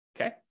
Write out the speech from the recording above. okay